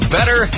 Better